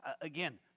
Again